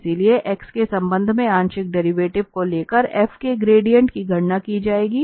इसलिए x के संबंध में आंशिक डेरिवेटिव को लेकर f के ग्रेडिएंट की गणना की जाएगी